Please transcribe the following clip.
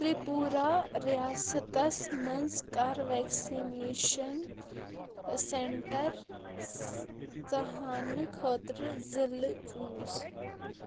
تِرٛپوٗرا ریاستس مَنٛز کر ویکسِنیشن سینٹر ژھانہٕ خٲطرٕ ضلعہٕ چوٗز